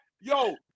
Yo